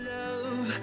love